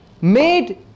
made